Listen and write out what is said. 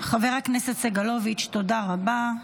חבר הכנסת סגלוביץ', תודה רבה.